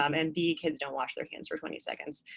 um and b, kids don't wash their hands for twenty seconds.